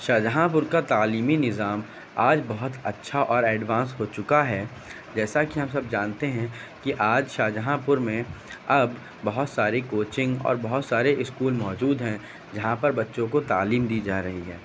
شاہ جہاں پور کا تعلیمی نظام آج بہت اچھا اور ایڈوانس ہو چکا ہے جیسا کہ ہم سب جانتے ہیں کہ آج شاہ جہاں پور میں اب بہت ساری کوچنگ اور بہت سارے اسکول موجود ہیں جہاں پر بچوں کو تعلیم دی جا رہی ہے